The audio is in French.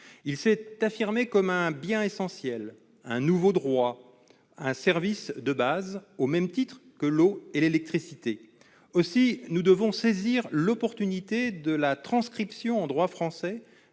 de notre société, un bien essentiel, un nouveau droit, un service de base, au même titre que l'eau et l'électricité. Aussi devons-nous saisir l'occasion de la transcription en droit français